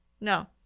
No